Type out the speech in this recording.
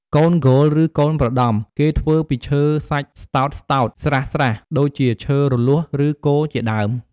កូនគោល ឬកូនប្រដំ គេធ្វើពីរឈឺសាច់ស្តោតៗស្រាសៗ ដូចជាឈើរលួស ឬគរជាដើម។